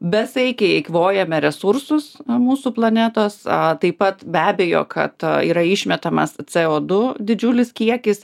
besaikiai eikvojame resursus mūsų planetos o taip pat be abejo kad yra išmetamas co du didžiulis kiekis